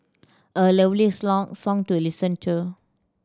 a lovely song to listen to